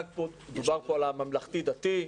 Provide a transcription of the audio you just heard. דובר פה על הממלכתי דתי.